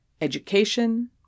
Education